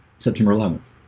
september eleventh,